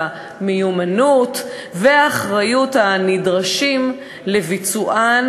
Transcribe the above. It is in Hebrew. המיומנות והאחריות הנדרשים לביצוען